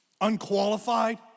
Unqualified